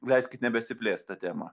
leiskit nebesiplėst ta tema